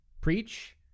Preach